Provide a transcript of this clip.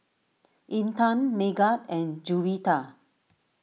Intan Megat and Juwita